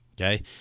okay